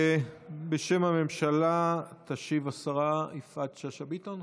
בשם הממשלה תשיב השרה יפעת שאשא ביטון.